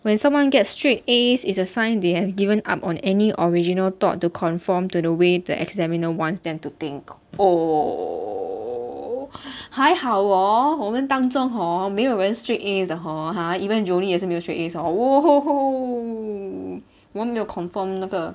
when someone get straight A's is a sign they have given up on any original thought to conform to the way the examiner wants them to think oh 还好哦我们当中 hor 没有人 straight A's 的 hor !huh! even jolie 也是没有 straight A's hor !woohoo!